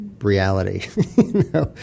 reality